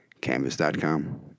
Canvas.com